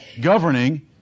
governing